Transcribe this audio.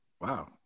Wow